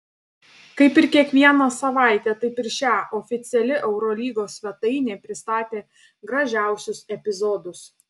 kaip ir kiekvieną savaitę taip ir šią oficiali eurolygos svetainė pristatė gražiausius epizodus